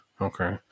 Okay